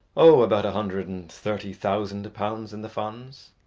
oh! about a hundred and thirty thousand pounds in the funds.